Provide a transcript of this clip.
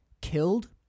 killed